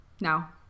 now